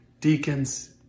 deacons